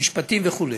משפטים וכו'.